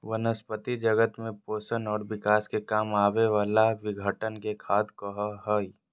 वनस्पती जगत में पोषण और विकास के काम आवे वाला विघटन के खाद कहो हइ